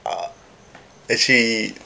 ah actually